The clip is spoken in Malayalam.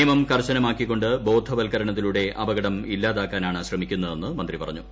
നിയമം കർശനമാക്കി കൊണ്ട് ബോധവൽക്കരണത്തിലൂടെ അപകടം ഇല്ലാതാക്കാനാണ് ശ്രമിക്കുന്നതെന്ന് മന്ത്രി പറഞ്ഞു